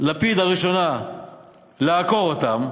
לפיד הראשונה לעקור אותם.